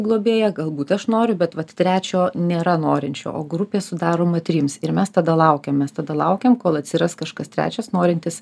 globėja galbūt aš noriu bet vat trečio nėra norinčių o grupė sudaroma trims ir mes tada laukiam mes tada laukiam kol atsiras kažkas trečias norintis